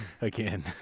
again